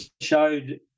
showed